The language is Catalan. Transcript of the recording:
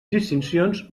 distincions